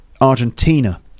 Argentina